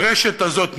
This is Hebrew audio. הרשת הזאת נשמטת.